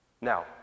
Now